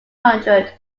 hundred